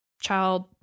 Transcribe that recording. child